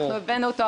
אנחנו הבאנו אותו,